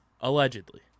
Allegedly